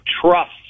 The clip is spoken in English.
trust